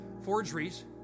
forgeries